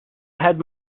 have